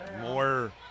More